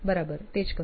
બરાબર તે જ કહ્યું